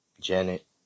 Janet